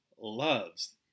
loves